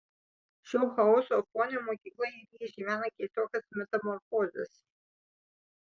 šio chaoso fone mokykla irgi išgyvena keistokas metamorfozes